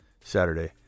Saturday